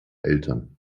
eltern